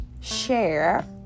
share